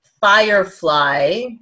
Firefly